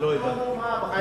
נו, מה, בחייך.